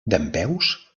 dempeus